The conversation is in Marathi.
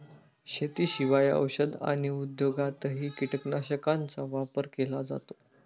शेतीशिवाय औषध आणि उद्योगातही कीटकनाशकांचा वापर केला जातो